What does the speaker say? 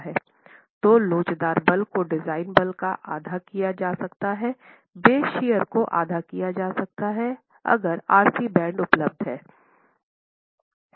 तो लोचदार बल को डिज़ाइन बल का आधा किया जा सकता है बेस शियर को आधा किया जा सकता है अगर आरसी बैंड उपलब्ध हैं